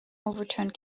overturned